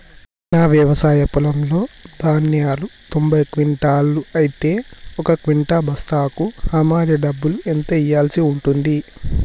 నా వ్యవసాయ పొలంలో ధాన్యాలు తొంభై క్వింటాలు అయితే ఒక క్వింటా బస్తాకు హమాలీ డబ్బులు ఎంత ఇయ్యాల్సి ఉంటది?